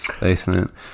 basement